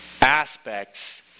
aspects